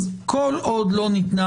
כל עוד לא ניתנה